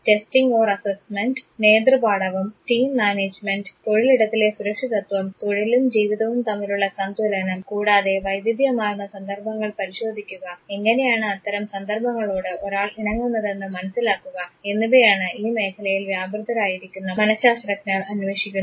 testing assessment നേതൃപാടവം team management തൊഴിലിടത്തിലെ സുരക്ഷിതത്വം തൊഴിലും ജീവിതവും തമ്മിലുള്ള സംതുലനം കൂടാതെ വൈവിധ്യമാർന്ന സന്ദർഭങ്ങൾ പരിശോധിക്കുക എങ്ങനെയാണ് അത്തരം സന്ദർഭങ്ങളോട് ഒരാൾ ഇണങ്ങുന്നതെന്ന് മനസ്സിലാക്കുക എന്നിവയാണ് ഈ മേഖലയിൽ വ്യാപൃതരായിരിക്കുന്ന മനഃശാസ്ത്രജ്ഞർ അന്വേഷിക്കുന്നത്